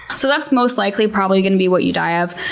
so that's most likely probably going to be what you die of.